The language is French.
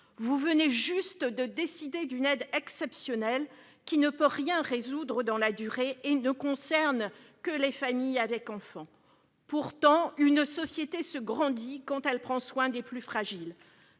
Vous venez juste de décider une aide exceptionnelle qui ne peut rien résoudre dans la durée et ne concerne que les familles avec enfants. Pourtant, une société se grandit quand elle prend soin des plus fragiles.